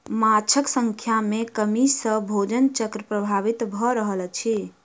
माँछक संख्या में कमी सॅ भोजन चक्र प्रभावित भ रहल अछि